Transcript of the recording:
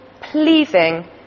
pleasing